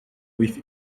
with